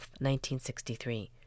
1963